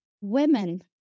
women